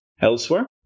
Elsewhere